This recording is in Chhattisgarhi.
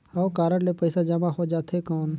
हव कारड ले पइसा जमा हो जाथे कौन?